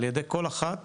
על ידי כל אחת